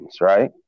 right